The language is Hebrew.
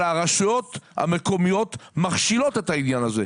אבל הרשויות המקומיות מכשילות את העניין הזה.